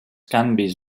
canvis